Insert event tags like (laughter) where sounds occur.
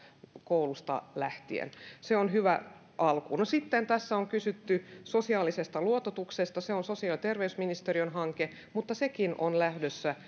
koulusta lähtien se on hyvä alku no sitten tässä on kysytty sosiaalisesta luototuksesta se on sosiaali ja terveysministeriön hanke mutta sekin on lähdössä (unintelligible)